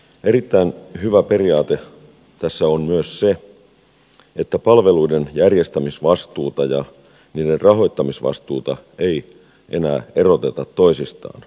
erittäin hyvä periaate tässä on myös se että palveluiden järjestämisvastuuta ja niiden rahoittamisvastuuta ei enää eroteta toisistaan